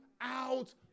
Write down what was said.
out